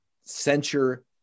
censure